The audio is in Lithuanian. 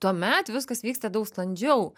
tuomet viskas vyksta daug sklandžiau